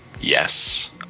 Yes